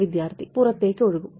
വിദ്യാർത്ഥി പുറത്തേക്ക് ഒഴുകും